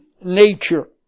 nature